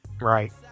right